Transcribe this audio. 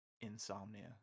Insomnia